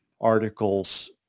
articles